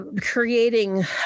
creating